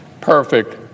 perfect